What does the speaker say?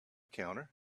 counter